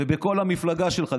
ובכל המפלגה שלך.